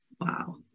Wow